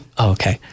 Okay